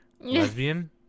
Lesbian